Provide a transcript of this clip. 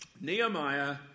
Nehemiah